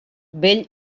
bell